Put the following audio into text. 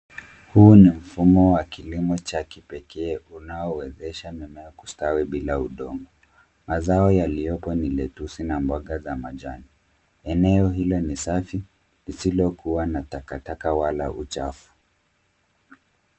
Huu ni mfumo wa kilimo cha kipekee unaowezesha mimea kustawi bila udongo. Mazao yaliyopo ni lettuci na mboga za majani. Eneo hilo ni safi lisilokuwa na takataka wala uchafu .